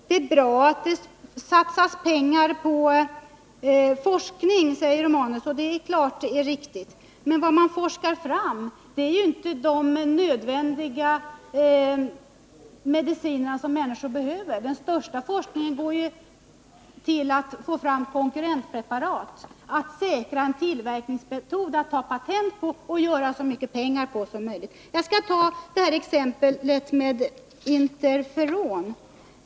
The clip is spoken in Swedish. Det är bra att det satsas pengar på forskning, säger Gabriel Romanus. Det är självfallet riktigt, men vad som forskas fram är ju inte de mediciner som människor behöver. Den största delen av forskningen gäller ju försök att få fram konkurrentpreparat, att säkra en tillverkningsmetod att ta patent på och därefter tjäna så mycket pengar på som möjligt. Jag skall ta exemplet med interferon.